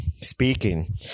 speaking